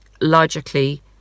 logically